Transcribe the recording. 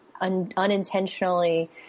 unintentionally